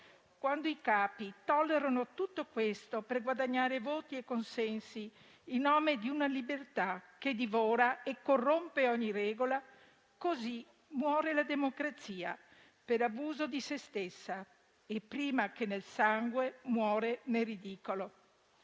quando i capi tollerano tutto questo per guadagnare voti e consensi in nome di una libertà che divora e corrompe ogni regola, così muore la democrazia: per abuso di sé stessa. E, prima che nel sangue, nel ridicolo.